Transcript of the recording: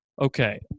okay